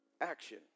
action